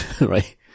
right